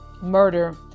murder